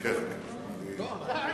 לא אמרת.